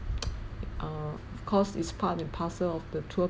err because it's part and parcel of the tour